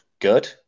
good